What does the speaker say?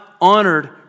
honored